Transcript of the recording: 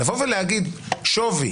לומר שווי